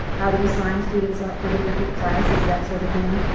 how do we sign students up for the different classes that sort of thing.